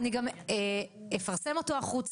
אני גם אפרסם אותו החוצה,